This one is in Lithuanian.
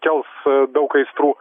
kels daug aistrų